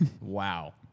Wow